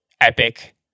epic